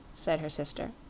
said her sister.